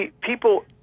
people